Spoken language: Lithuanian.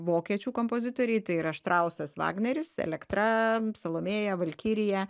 vokiečių kompozitoriai tai yra štrausas vagneris elektra salomėja valkirija